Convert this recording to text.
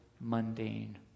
mundane